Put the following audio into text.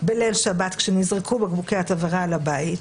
בליל שבת, כשנזרקו בקבוקי התבערה על הבית,